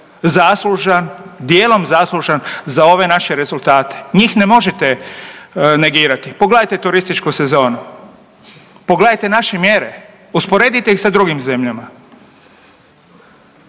zaslužan, dijelom zaslužan za ove naše rezultate njih ne možete negirati. Pogledajte turističku sezonu, pogledajte naše mjere. Usporedite ih sa drugim zemljama.